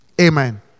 Amen